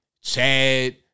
Chad